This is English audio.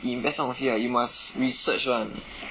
invest 这种东西 right you must research [one]